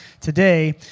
today